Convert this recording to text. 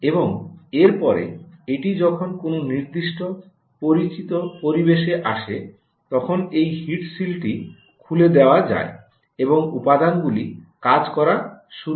এবং এর পরে এটি যখন কোনও নির্দিষ্ট পরিচিত পরিবেশে আসে তখন এই হিট শীল্ডটি খুলে দেওয়া যায় এবং উপাদানগুলি কাজ করা শুরু করতে পারে